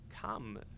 come